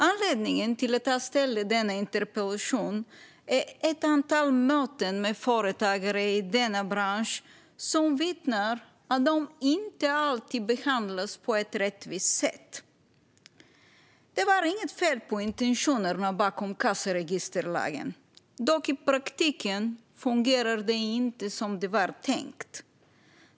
Anledningen till att jag ställde denna interpellation är ett antal möten med företagare i denna bransch som vittnar om att de inte alltid behandlas på ett rättvist sätt. Det var inget fel på intentionerna bakom kassaregisterlagen. I praktiken fungerar den dock inte som det var tänkt.